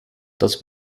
dat